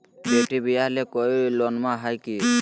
बेटी ब्याह ले कोई योजनमा हय की?